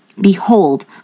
Behold